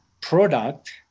product